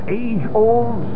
age-old